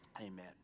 Amen